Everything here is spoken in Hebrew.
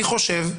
אני חושב,